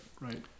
right